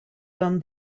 from